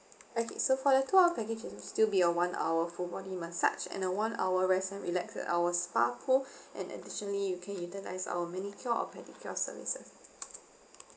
okay so for the two hour package will still be a one hour full body massage and a one hour rest and relax at our spa pool and additionally you can utilise our manicure or pedicure services